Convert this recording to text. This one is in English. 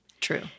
True